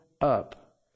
up